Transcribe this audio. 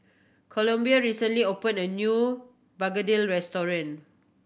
Columbia recently opened a new Begedil restaurant